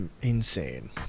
insane